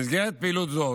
במסגרת פעילות זו